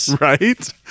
Right